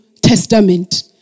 Testament